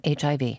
HIV